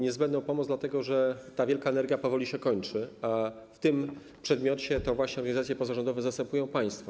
Niezbędną pomoc, dlatego że ta wielka energia powoli się kończy, a w tym przedmiocie to właśnie organizacje pozarządowe zastępują państwo.